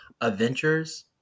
adventures